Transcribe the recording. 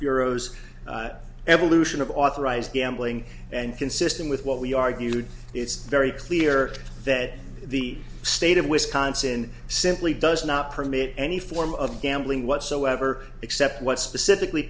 bureau's evolution of authorized gambling and consistent with what we argued it's very clear that the state of wisconsin simply does not permit any form of gambling whatsoever except what specifically